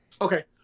Okay